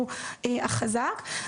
הוא החזק.